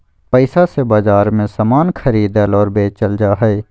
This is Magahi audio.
पैसा से बाजार मे समान खरीदल और बेचल जा हय